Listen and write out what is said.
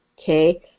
okay